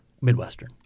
Midwestern